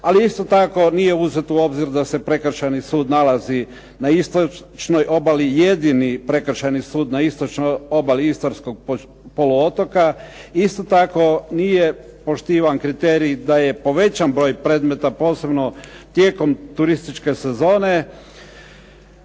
Ali isto tako nije uzeto u obzir da se Prekršajni sud nalazi na istočnoj obali, jedini Prekršajni sud na istočnoj obali istarskog poluotoka. Isto tako nije poštivan kriterij da je povećan broj predmeta posebno tijekom turističke sezone.